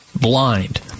blind